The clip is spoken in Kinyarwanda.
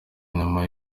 nyuma